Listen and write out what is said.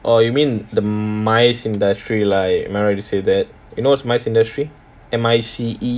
orh you mean the mice industry lah am I right to say that you know what's mice industry M_I_C_E